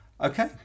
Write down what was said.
Okay